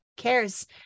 cares